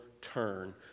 turn